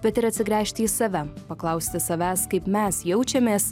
bet ir atsigręžti į save paklausti savęs kaip mes jaučiamės